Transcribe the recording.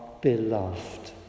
beloved